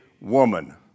woman